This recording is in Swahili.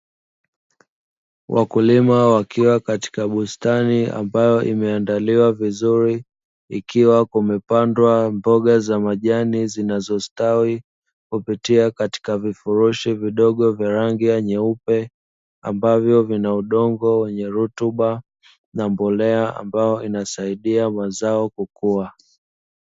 Wakulima wakiwa katika bustani ambayo imeandaliwa vizuri, ikiwa kumepandwa mboga za majani zinazostawi kupitia katika vifurushi vidogo vya rangi nyeupe, ambavyo vina udongo wenye rutuba na mbolea ambayo inasaidia mazao kukua.